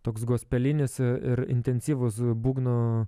toks gospelinis ir intensyvus būgnų